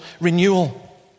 renewal